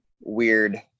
weird